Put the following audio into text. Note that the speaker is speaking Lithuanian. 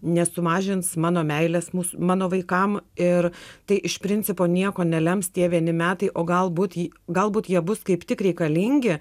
nesumažins mano meilės mūsų mano vaikam ir tai iš principo nieko nelems tie vieni metai o galbūt galbūt jie bus kaip tik reikalingi